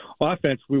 offense